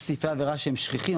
יש סעיפי עבירה שהם שכיחים,